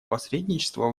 посредничества